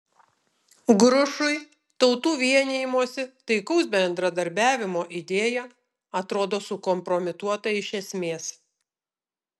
grušui tautų vienijimosi taikaus bendradarbiavimo idėja atrodo sukompromituota iš esmės